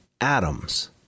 atoms